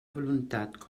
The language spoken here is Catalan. voluntat